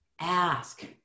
ask